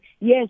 Yes